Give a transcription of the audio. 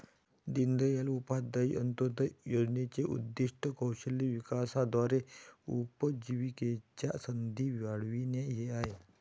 दीनदयाळ उपाध्याय अंत्योदय योजनेचे उद्दीष्ट कौशल्य विकासाद्वारे उपजीविकेच्या संधी वाढविणे हे आहे